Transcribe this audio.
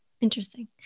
Interesting